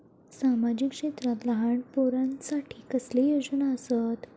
सामाजिक क्षेत्रांत लहान पोरानसाठी कसले योजना आसत?